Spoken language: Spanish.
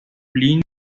plinio